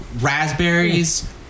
raspberries